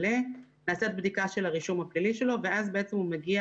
נעשית בדיקה של הרישום הפלילי שלו ואז הוא מגיע